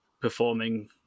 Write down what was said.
performing